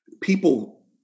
people